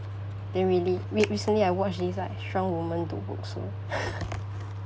they really re~ recently I watched this like strong woman do bong-soon